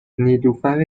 نیلوفر